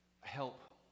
help